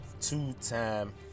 two-time